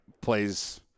plays